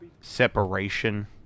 separation